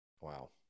Wow